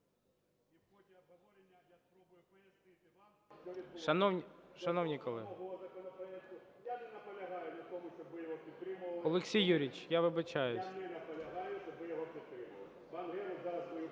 Шановні колеги… Олексію Юрійовичу, я вибачаюся…